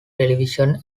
television